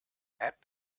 app